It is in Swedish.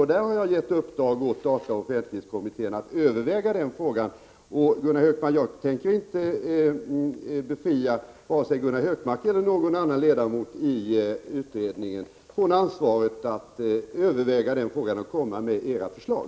Den frågan har jag gett i uppdrag åt dataoch offentlighetskommittén att överväga. Och jag tänker inte befria vare sig Gunnar Hökmark eller någon annan ledamot i utredningen från ansvaret att överväga den frågan och komma med sina förslag.